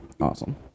Awesome